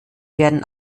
werden